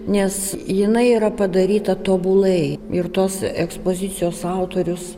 nes jinai yra padaryta tobulai ir tos ekspozicijos autorius